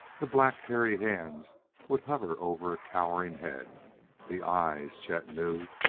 the black, hairy hands would hover over a cowering head the eyes, chet knew,